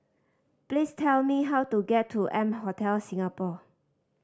please tell me how to get to M Hotel Singapore